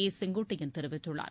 ஏசெங்கோட்டையன் தெரிவித்துள்ளார்